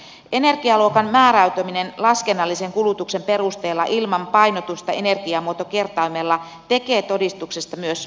energialuokan määräytyminen laskennallisen kulutuksen perusteella ilman painotusta energiamuotokertoimella tekee todistuksesta myös oikeudenmukaisemman